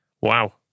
wow